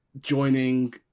joining